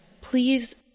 Please